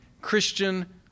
Christian